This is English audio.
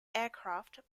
aircraft